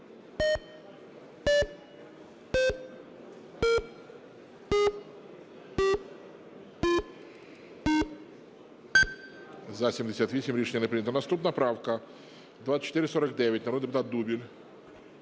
За-78 Рішення не прийнято. Наступна правка - 2449, народний депутат Дубіль.